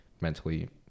mentally